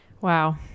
Wow